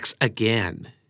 again